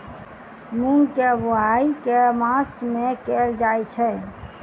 मूँग केँ बोवाई केँ मास मे कैल जाएँ छैय?